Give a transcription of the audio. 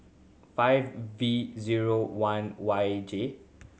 five V zero one Y J